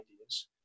ideas